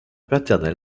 paternel